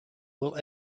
will